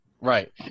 Right